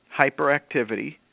hyperactivity